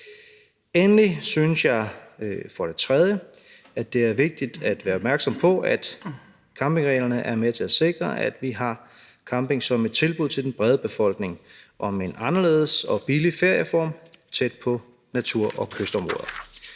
Endelig synes jeg for det tredje, at det er vigtigt at være opmærksom på, at campingreglerne er med til sikre, at vi har camping som et tilbud til den brede befolkning om en anderledes og billig ferieform tæt på natur og kystområder.